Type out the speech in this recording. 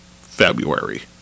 February